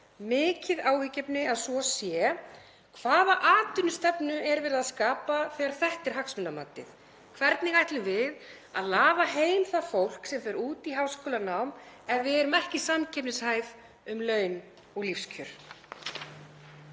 mikið áhyggjuefni að svo sé. Hvaða atvinnustefnu er verið að skapa þegar þetta er hagsmunamatið? Hvernig ætlum við að laða heim það fólk sem fer út í háskólanám ef við erum ekki samkeppnishæf um laun og lífskjör?